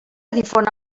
difon